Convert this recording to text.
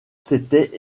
s’était